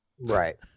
Right